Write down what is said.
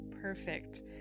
Perfect